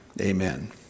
amen